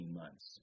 months